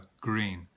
green